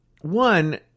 one